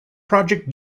project